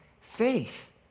faith